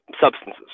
substances